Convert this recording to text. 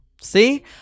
see